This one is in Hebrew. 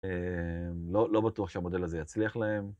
לא בטוח שהמודל הזה יצליח להם.